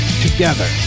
together